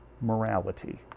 morality